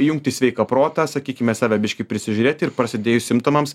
įjungti sveiką protą sakykime save biškį prisižiūrėti ir prasidėjus simptomams